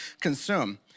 consume